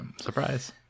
surprise